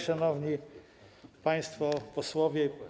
Szanowni Państwo Posłowie!